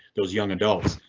those young adults?